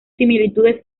similitudes